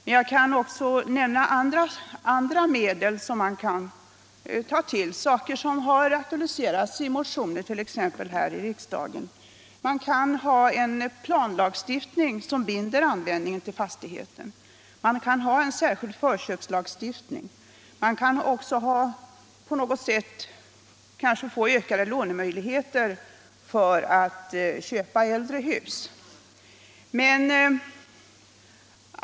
Men jag kan också nämna andra medel som man kan ta till och som aktualiserats exempelvis i motioner här i riksdagen. Man kan ha en planlagstiftning som binder användningen av fastigheter. Man kan ha en särskild förköpslagstiftning. Man kan också på något sätt åstadkomma ökade lånemöjligheter för människor som vill köpa äldre hus.